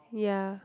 ya